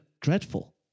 dreadful